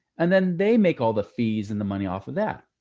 and then they make all the fees and the money off of that.